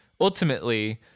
ultimately